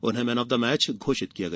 उन्हें man of the match घोषित किया गया